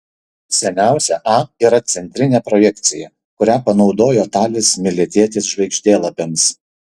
seniausia a yra centrinė projekcija kurią panaudojo talis miletietis žvaigždėlapiams